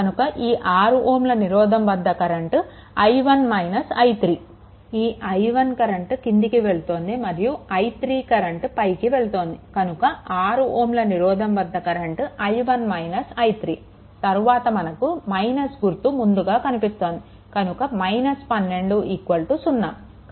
కనుక ఈ 6 Ω నిరోధం వద్ద కరెంట్ i1 - i3 తరువాత మనకు - గుర్తు ముందుగా కనిపిస్తోంది కనుక 12 0